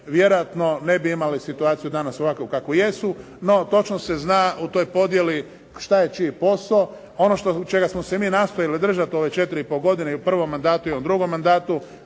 vjerojatno ne bi imali situaciju danas ovakvu kakvu jesu, no točno se zna u toj podijeli što je čiji posao. Ono čega smo se mi nastojali držati u ove 4,5 godine i u prvom mandatu i u drugom mandatu